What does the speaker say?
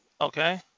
okay